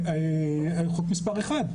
חוק מספר אחד.